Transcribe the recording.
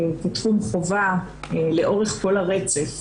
כתחום חובה לאורך כל הרצף.